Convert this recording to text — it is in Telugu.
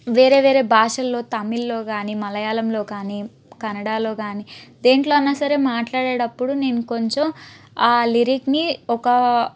వేరే వేరే భాషలు తమిళ్లో గాని మలయాళంలో గాని కన్నడలో గాని దేంట్లో అన్నాసరే మాట్లాడేటప్పుడు నేను కొంచెం ఆ లిరిక్ని ఒక